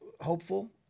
hopeful